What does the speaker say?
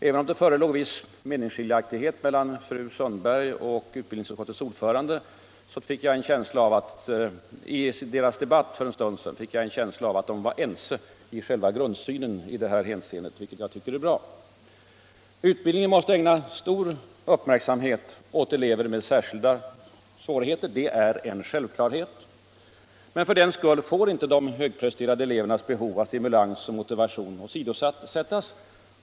Även om det förelåg viss meningsskiljaktighet mellan fru Sundberg och utbildningsutskottets ordförande i deras debatt för en stund sedan fick jag en känsla av att de var ense om själva grundsynen i det här hänseendet, vilket jag tycker är bra. Utbildningen måste ägna stor uppmärksamhet åt elever med särskilda svårigheter. Det är en självklarhet. Men för den skull får inte de högpresterande elevernas behov av stimulans och motivation åsidosättas.